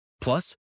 Plus